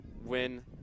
win